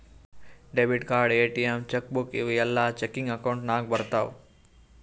debit card, ATM, cheque book ಇವೂ ಎಲ್ಲಾ checking account ನಾಗ್ ಬರ್ತಾವ್